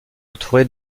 entouré